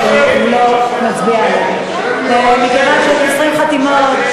נכים במסגרות חוץ,